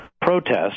protest